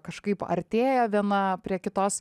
kažkaip artėja viena prie kitos